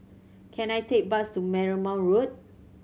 can I take bus to Marymount Road